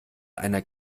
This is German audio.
einer